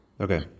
Okay